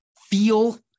Feel